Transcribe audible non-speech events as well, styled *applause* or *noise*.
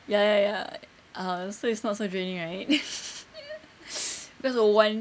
ya ya ya ah so it's not so draining right *laughs* cause one